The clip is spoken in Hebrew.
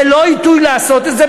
זה לא עיתוי לעשות את זה.